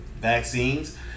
vaccines